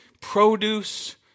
produce